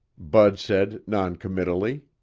bud said noncommittally.